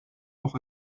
auch